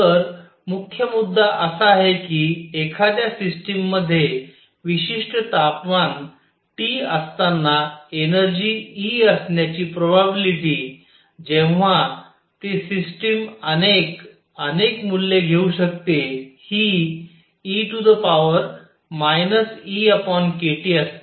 तर मुख्य मुद्दा असा आहे की एखाद्या सिस्टममध्ये विशिष्ट तापमान T असताना एनर्जी E असण्याची प्रोबॅबिलिटी जेव्हा ते सिस्टिम अनेक अनेक मूल्ये घेऊ शकते हि e EkTअसते